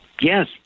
Yes